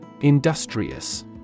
Industrious